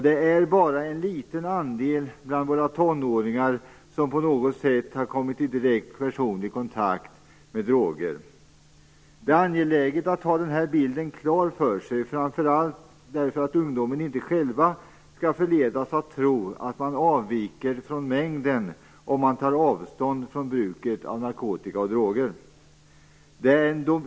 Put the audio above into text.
Det är bara en liten andel av våra tonåringar som på något sätt personligen har kommit i direkt kontakt med droger. Det är angeläget att ha den bilden klar för sig, framför allt därför att ungdomarna själva inte skall förledas att tro att de avviker från mängden om de tar avstånd från bruket av narkotika och droger över huvud taget.